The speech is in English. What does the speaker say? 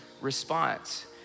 response